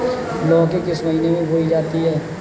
लौकी किस महीने में बोई जाती है?